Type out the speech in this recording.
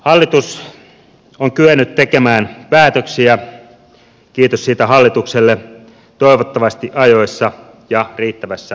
hallitus on kyennyt tekemään päätöksiä kiitos siitä hallitukselle toivottavasti ajoissa ja riittävässä laajuudessa